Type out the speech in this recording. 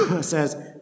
says